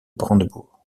brandebourg